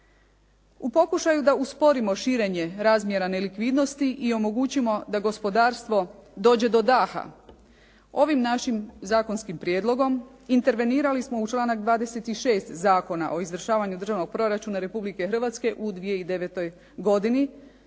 U pokušaju da usporimo širenje razmjera nelikvidnosti i omogućimo da gospodarstvo dođe do daha, ovim našim zakonskim prijedlogom intervenirali smo u članak 26. Zakona o izvršavanju državnog proračuna Republike Hrvatske u 2009. godini,